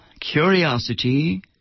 curiosity